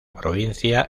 provincia